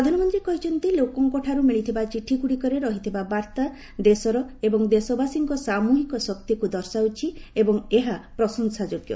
ପ୍ରଧାନମନ୍ତ୍ରୀ କହିଛନ୍ତି ଲୋକଙ୍କଠାରୁ ମିଳିଥିବା ଚିଠି ଗୁଡ଼ିକରେ ରହିଥିବା ବାର୍ଭା ଦେଶର ଏବଂ ଦେଶବାସୀଙ୍କ ସାମୃହିକ ଶକ୍ତିକୁ ଦର୍ଶାଉଛି ଏବଂ ଏହା ପ୍ରଶଂସାଯୋଗ୍ୟ